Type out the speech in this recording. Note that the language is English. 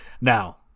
now